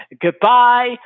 goodbye